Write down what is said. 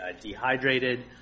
dehydrated